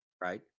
right